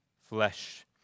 flesh